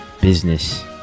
business